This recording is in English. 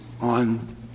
on